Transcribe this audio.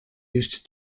used